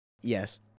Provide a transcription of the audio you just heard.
Yes